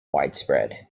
widespread